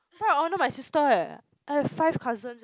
bride of honour my sister eh I have five cousins eh